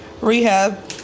rehab